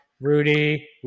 Rudy